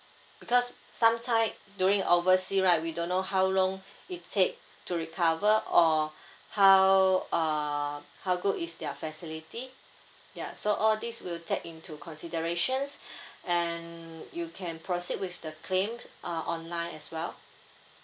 because sometime during oversea right we don't know how long it take to recover or how uh how good is their facility ya so all these will take into considerations and you can proceed with the claims uh online as well